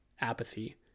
apathy